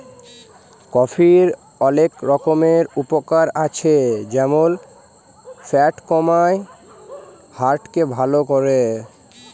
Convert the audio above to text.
কফির অলেক রকমের উপকার আছে যেমল ফ্যাট কমায়, হার্ট কে ভাল ক্যরে